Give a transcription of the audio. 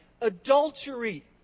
adultery